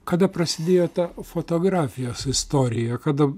kada prasidėjo ta fotografijos istorija kada